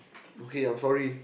okay I'm sorry